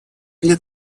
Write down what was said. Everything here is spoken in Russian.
для